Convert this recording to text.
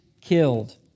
killed